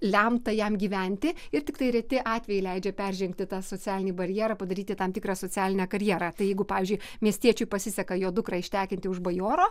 lemta jam gyventi ir tiktai reti atvejai leidžia peržengti tą socialinį barjerą padaryti tam tikrą socialinę karjerą tai jeigu pavyzdžiui miestiečiui pasiseka jo dukrą ištekinti už bajoro